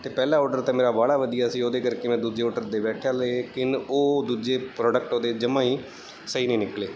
ਅਤੇ ਪਹਿਲਾ ਆਰਡਰ ਤਾਂ ਮੇਰਾ ਬਾਹਲਾ ਵਧੀਆ ਸੀ ਉਹਦੇ ਕਰਕੇ ਮੈਂ ਦੂਜੇ ਓਡਰ ਦੇ ਬੈਠਿਆ ਲੇਕਿਨ ਉਹ ਦੂਜੇ ਪ੍ਰੋਡਕਟ ਉਹਦੇ ਜਮਾਂ ਹੀ ਸਹੀ ਨਹੀਂ ਨਿਕਲੇ